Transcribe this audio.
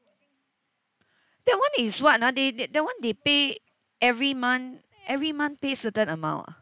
that one is what ah they that that one they pay every month every month pay certain amount ah